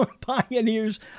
pioneers